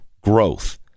growth